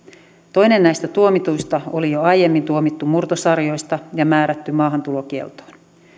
toinen näistä tuomituista oli jo aiemmin tuomittu murtosarjoista ja määrätty maahantulokieltoon